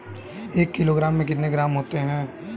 एक किलोग्राम में कितने ग्राम होते हैं?